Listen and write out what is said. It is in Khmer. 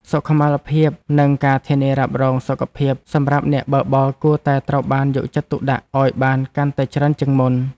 សុខុមាលភាពនិងការធានារ៉ាប់រងសុខភាពសម្រាប់អ្នកបើកបរគួរតែត្រូវបានយកចិត្តទុកដាក់ឱ្យបានកាន់តែច្រើនជាងមុន។